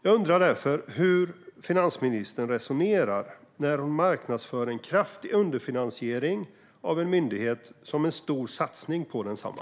Jag undrar därför hur finansministern resonerar när hon marknadsför en kraftig underfinansiering av en myndighet som en stor satsning på densamma.